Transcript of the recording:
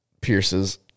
Pierce's